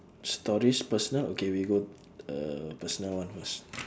stories personal okay we go uh personal one first